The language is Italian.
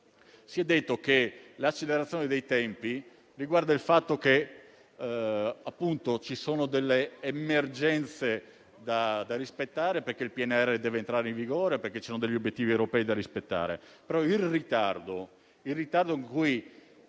Si è detto che l'accelerazione dei tempi deriva dal fatto che ci sono delle emergenze da rispettare, perché il PNRR deve entrare in vigore e ci sono degli obiettivi europei da raggiungere. Il ritardo con cui